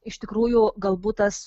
iš tikrųjų galbūt tas